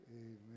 Amen